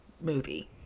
movie